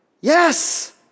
Yes